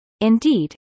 Indeed